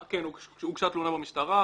כן, הוגשה תלונה במשטרה.